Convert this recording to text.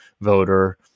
voter